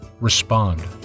respond